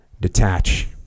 detach